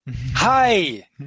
Hi